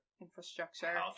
infrastructure